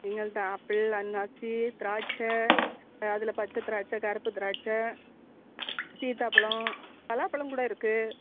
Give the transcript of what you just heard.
எங்கள்கிட்ட ஆப்பிள் அண்ணாச்சி திராச்சை அதில் பச்சை திராட்சை கருப்பு திராட்சை சீத்தாப்பழம் பலாப்பழம் கூட இருக்கு